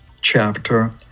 chapter